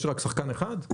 יש רק שחקן אחד?